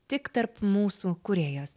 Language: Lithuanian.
tik tarp mūsų kūrėjas